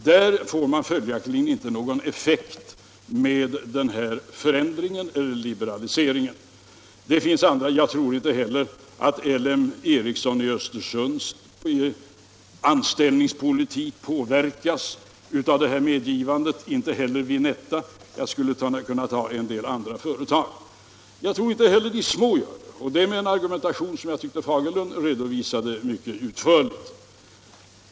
Där får man följaktligen inte någon effekt med en föreslagen förändring eller liberalisering. Det finns också andra exempel: Jag tror inte att L M Ericssons i Östersund anställningspolitik påverkas 42 av det här medgivandet och inte heller att Vinettas anställningspolitik gör det. Jag skulle också kunna nämna en del andra företag. Jag tror inte heller de små företagen gör det — och det med en argumentation som jag tycker herr Fagerlund redovisade mycket utförligt.